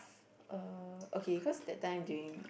uh okay cause that time during